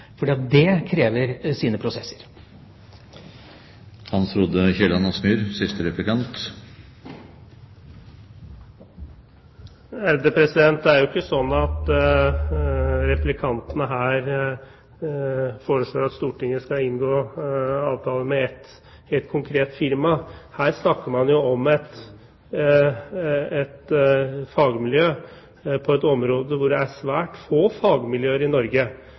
det krever sine prosesser. Det er jo ikke slik at replikanten her foreslår at Stortinget skal inngå avtale med et konkret firma. Her snakker man om et fagmiljø på et område hvor det er svært få fagmiljøer i Norge.